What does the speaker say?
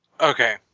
Okay